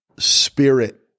spirit